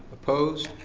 opposed?